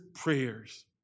prayers